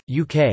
UK